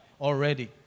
already